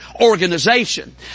organization